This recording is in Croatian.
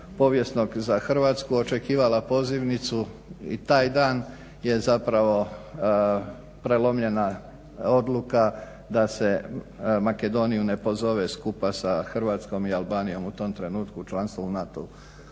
povijesnog za Hrvatsku očekivala pozivnicu i taj dan je prelomljena odluka da se Makedoniju ne pozove skupa sa Hrvatskom i Albanijom u tom trenutku članstva u NATO-u.